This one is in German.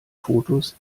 fotos